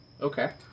Okay